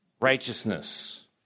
righteousness